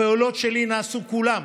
הפעולות שלי נעשו כולן